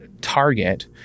Target